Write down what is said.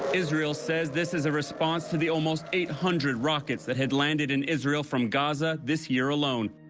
israel says this is a response to the almost eight hundred rockets that had landed in israel from gaza this year alone.